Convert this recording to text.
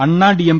അണ്ണാഡി M